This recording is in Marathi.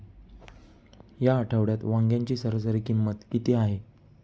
या आठवड्यात वांग्याची सरासरी किंमत किती आहे?